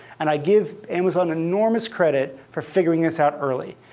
and i give amazon enormous credit for figuring this out early,